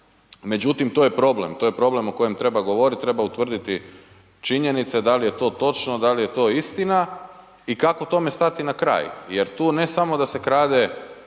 međutim to je problem, to je problem o kojem govoriti, treba utvrditi činjenice da li je to točno, da li je to istina i kako tome stati na kraj jer tu ne samo da se krade